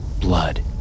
Blood